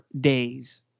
days